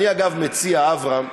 אגב, אני מציע, אברהם,